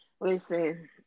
listen